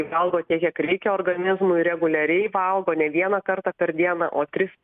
valgo tiek kiek reikia organizmui reguliariai valgo ne vieną kartą per dieną o tris